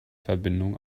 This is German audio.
verbindung